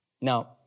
Now